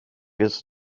ist